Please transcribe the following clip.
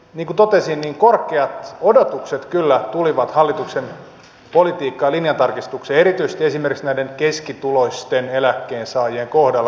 niin kuin totesin korkeat odotukset kyllä tulivat hallituksen politiikkaan ja linjan tarkistukseen erityisesti esimerkiksi näiden keskituloisten eläkkeensaajien kohdalla